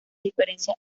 diferencias